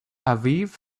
aviv